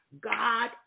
God